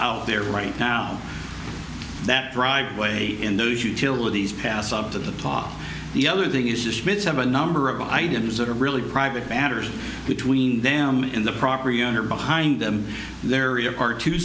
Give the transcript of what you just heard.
out there right now that driveway in those utilities pass up to the top the other thing is schmidt's have a number of items that are really private matters between them in the property owner behind them there are two